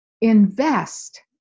Invest